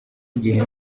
igihe